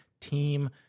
team